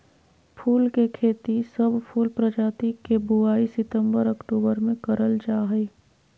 फूल के खेती, सब फूल प्रजाति के बुवाई सितंबर अक्टूबर मे करल जा हई